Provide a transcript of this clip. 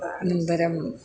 अनन्तरम्